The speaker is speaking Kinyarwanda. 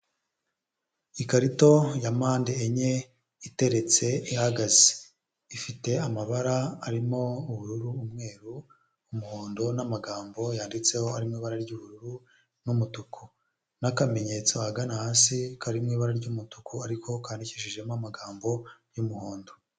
Ikarito ya mpande enye iteretse ihagaze, ifite amabara arimo ubururu, umweru, umuhondo n'amagambo yanditseho harimo ibara ry'ubururu n'umutuku n'akamenyetso ahagana hasi kari mu ibara ry'umutuku ariko kandikishijemo amagambo y'umuhondo.